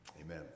Amen